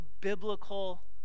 biblical